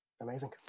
Amazing